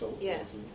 yes